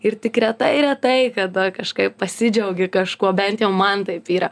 ir tik retai retai kada kažkaip pasidžiaugi kažkuo bent jau man taip yra